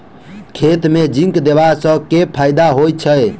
खेत मे जिंक देबा सँ केँ फायदा होइ छैय?